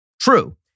true